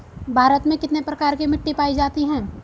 भारत में कितने प्रकार की मिट्टी पाई जाती हैं?